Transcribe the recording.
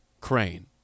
Crane